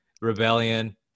rebellion